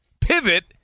Pivot